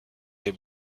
les